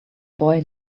boy